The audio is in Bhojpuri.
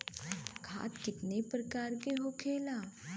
खाद कितने प्रकार के होखेला?